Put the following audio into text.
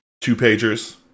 two-pagers